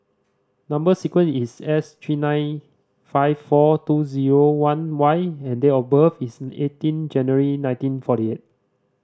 number sequence is S three nine five four two zero one Y and date of birth is eighteen January nineteen forty eight